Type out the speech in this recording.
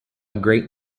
great